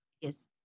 yes